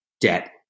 debt